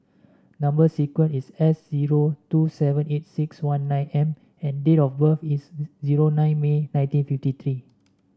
number sequence is S zero two seven eight one nine M and date of birth is zero nine May nineteen fifty three